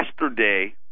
Yesterday